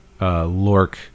Lork